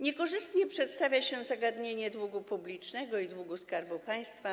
Niekorzystnie przedstawia się zagadnienie długu publicznego i długu Skarbu Państwa.